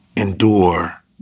endure